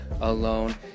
alone